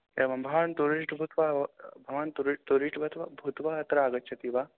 एवं भवान् टूरिस्ट् भूत्वा भवान् तुरी टुरीस्ट् भूत्वा भूत्वा अत्र आगच्छति वा